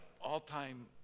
all-time